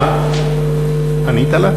ענית לה?